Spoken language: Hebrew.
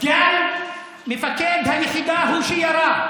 סגן מפקד היחידה הוא שירה.